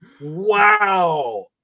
Wow